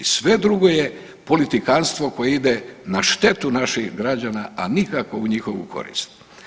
Sve drugo je politikantstvo koje ide na štetu naših građana, a nikako u njihovu korist.